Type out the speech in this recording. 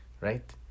right